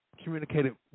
communicated